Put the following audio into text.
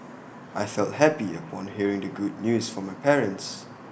I felt happy upon hearing the good news from my parents